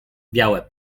białe